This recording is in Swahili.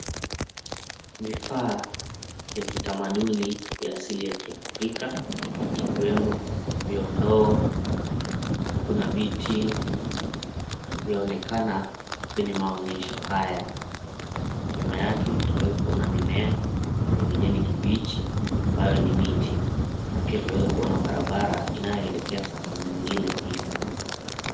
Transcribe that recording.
Vifaa vya kitamaduni vya asili ya kiafrika ikiwemo viondoo, kuna viti vyaonekana kwenye maonyesho haya, nyuma yake twaeza kuona mimea ya kijani kibichi ambayo ni miti na pia twaeza kuona barabara inayoelekea sehemu nyingine Ile.